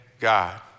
God